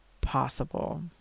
possible